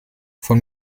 von